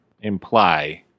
imply